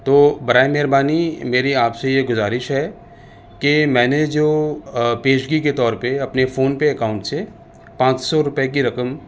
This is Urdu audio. تو برائے مہربانی میری آپ سے یہ گزارش ہے کہ میں نے جو پیشگی کے طور پہ اپنے فون پے اکاؤنٹ سے پانچ سو روپئے کی رقم